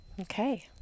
Okay